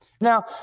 Now